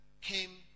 came